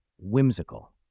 whimsical